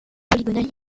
polygonales